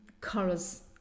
colors